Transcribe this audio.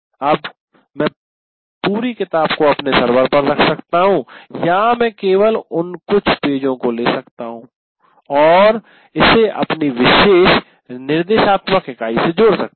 अब मैं पूरी किताब को अपने सर्वर पर रख सकता हूं या मैं केवल उन कुछ पेजों को ले सकता हूं और इसे अपनी विशेष निर्देशात्मक इकाई से जोड़ सकता हूं